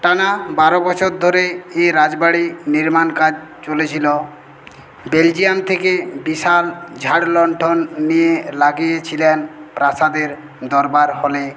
টানা বারো বছর ধরে এই রাজবাড়ির নির্মাণ কাজ চলেছিলো বেলজিয়াম থেকে বিশাল ঝাড় লন্ঠন নিয়ে লাগিয়েছিলেন প্রাসাদের দরবার হলে